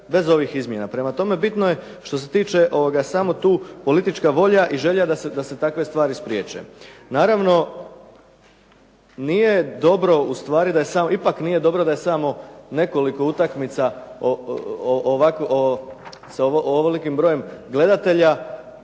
bez ovih izmjena, prema tome bitno je što se tiče ovoga samo tu politička volja i želja da se takve stvari spriječe. Naravno, nije dobro ustvari, ipak nije dobro da je samo nekoliko utakmica s ovolikim brojem gledatelja,